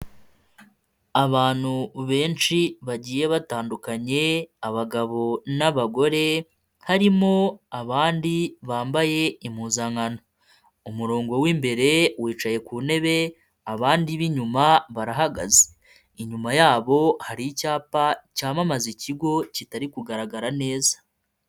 Abantu benshi bagiye batandukanye, abagabo n'abagore, harimo abandi bambaye impuzankano, umurongo w'imbere wicaye ku ntebe, abandi b'inyuma barahagaze, inyuma yabo hari icyapa cyamamaza ikigo kitari kugaragara neza.